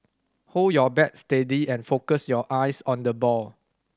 hold your bat steady and focus your eyes on the ball